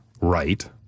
right